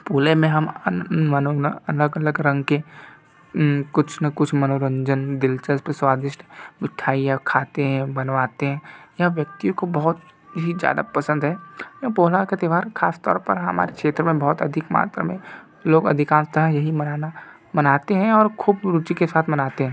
पोले में हम अलग अलग रंग के कुछ न कुछ मनोरंजन दिलचस्प स्वादिष्ट मिठाइयाँ खाते हैं बनवाते हैं यह व्यक्तियों को बहुत ही ज़्यादा पसंद है यह पोला का त्यौहार खासतौर पर हमारे क्षेत्र में बहुत अधिक मात्रा में लोग अधिकांशतः यही मनाना मनाते हैं और खूब रुचि के साथ मनाते हैं